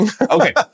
Okay